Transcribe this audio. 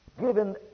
given